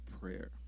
prayer